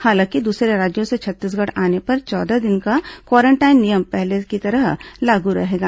हालांकि दूसरे राज्यों से छत्तीसगढ़ आने पर चौदह दिन का क्वारेंटाइन नियम पहले की तरह लागू रहेगा